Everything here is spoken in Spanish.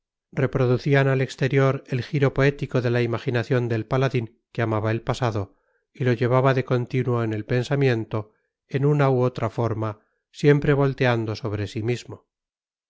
partida reproducían al exterior el giro poético de la imaginación del paladín que amaba el pasado y lo llevaba de continuo en el pensamiento en una u otra forma siempre volteando sobre sí mismo